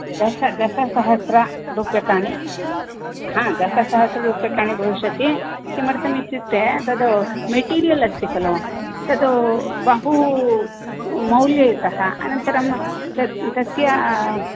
दश दशसहस्ररूप्यकाणि दशसहस्ररुप्यकाणि भविष्यति किमर्थं इत्युक्ते तद् मेटीरियल् अस्ति खलु तद् बहु मौल्ययुतः अनन्तरं तद् तस्य